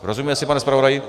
Rozumíme si, pane zpravodaji?